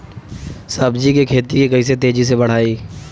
सब्जी के खेती के कइसे तेजी से बढ़ाई?